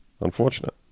unfortunate